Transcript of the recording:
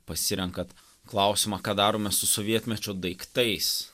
pasirenkat klausimą ką darome su sovietmečio daiktais